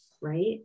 right